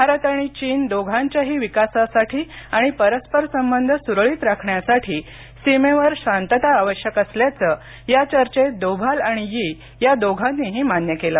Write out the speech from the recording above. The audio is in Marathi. भारत आणि चीन दोघांच्याही विकासासाठी आणि परस्पर संबंध सुरळित राखण्यासाठी सीमेवर शांतता आवश्यक असल्याचं या चर्चेत दोभाल आणि यी या दोघांनीही मान्य केल